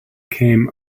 came